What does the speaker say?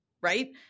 Right